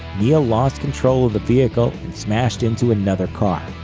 neil lost control of the vehicle and smashed into another car.